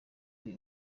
ari